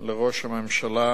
לראש הממשלה